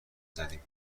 زدیم